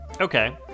Okay